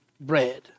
bread